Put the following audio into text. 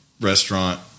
restaurant